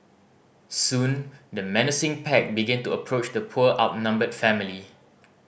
soon the menacing pack began to approach the poor outnumbered family